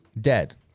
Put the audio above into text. dead